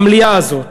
המליאה הזאת,